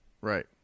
Right